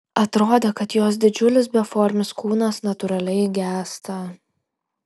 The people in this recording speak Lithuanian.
atrodė kad jos didžiulis beformis kūnas natūraliai gęsta